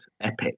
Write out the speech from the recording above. epic